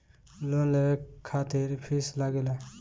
Loan लेवे खातिर fees लागेला?